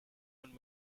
one